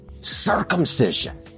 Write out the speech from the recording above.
Circumcision